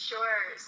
Sure